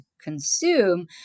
consume